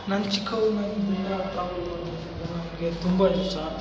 ನಾನು ಚಿಕ್ಕವನಾಗಿದ್ದಾಗಿಂದ ಟ್ರಾವೆಲ್ ಮಾಡೋದಂದರೆ ನನಗೆ ತುಂಬ ಇಷ್ಟ